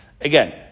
again